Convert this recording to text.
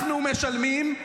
אנחנו משלמים,